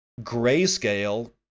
Grayscale